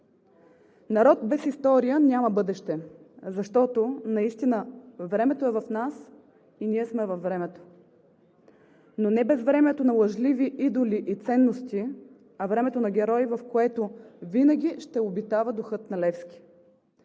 „Народ без история няма бъдеще“, защото наистина „времето е в нас и ние сме във времето“. Но не времето на лъжливи идоли и ценности, а времето на герои, в което винаги ще обитава духът на Левски.